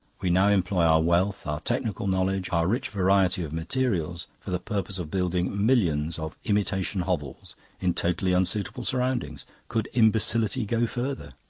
we now employ our wealth, our technical knowledge, our rich variety of materials for the purpose of building millions of imitation hovels in totally unsuitable surroundings. could imbecility go further?